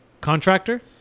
Contractor